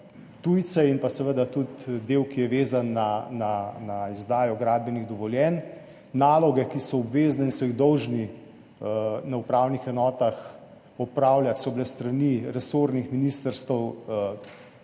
tujce, in seveda tudi del, ki je vezan na izdajo gradbenih dovoljenj. Naloge, ki so obvezne in so jih dolžni na upravnih enotah opravljati, so bile s strani resornih ministrstev